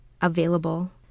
available